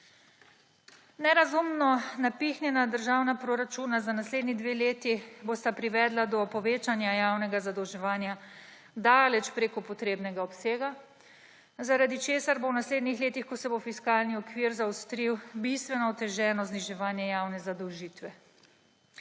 Nerazumno napihnjena državna proračuna za naslednji dve leti bosta privedla do povečanja javnega zadolževanja daleč preko potrebnega obsega, zaradi česar bo v naslednjih letih, ko se bo fiskalni okvir zaostril, bistveno oteženo zniževanje javne zadolžitve.